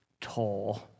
tall